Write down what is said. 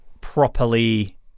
properly